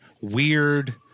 weird